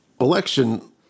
election